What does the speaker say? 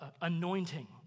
anointing